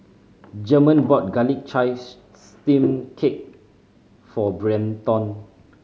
German bought garlic chives steamed cake for Brenton